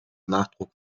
nachdruck